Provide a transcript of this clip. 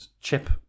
chip